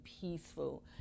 peaceful